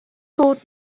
bod